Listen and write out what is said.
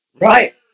right